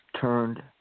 turned